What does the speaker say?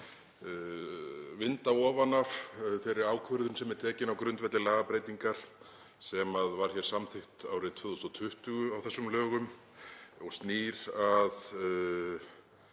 vinda ofan af þeirri ákvörðun sem er tekin á grundvelli breytingar sem var samþykkt árið 2020 á þessum lögum og snýr að